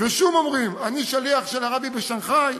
ושוב אומרים: אני שליח של הרבי בשנגחאי,